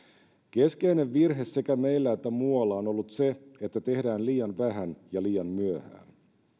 keskeinen virhe sekä meillä että muualla on ollut se että tehdään liian vähän ja liian myöhään